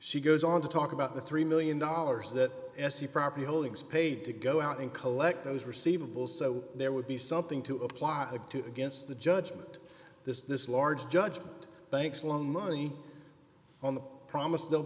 she goes on to talk about the three million dollars that essie property holdings paid to go out and collect those receivables so there would be something to apply to against the judgment this large judgment banks loan money on the promise they'll